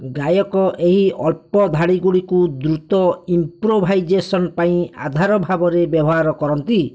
ଗାୟକ ଏହି ଅଳ୍ପ ଧାଡ଼ିଗୁଡ଼ିକୁ ଦ୍ରୁତ ଇମ୍ପ୍ରୋଭାଇଜେସନ୍ ପାଇଁ ଆଧାର ଭାବରେ ବ୍ୟବହାର କରନ୍ତି